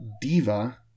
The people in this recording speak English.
diva